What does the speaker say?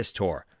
tour